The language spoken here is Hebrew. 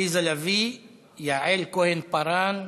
עליזה לביא, יעל כהן-פארן,